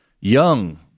young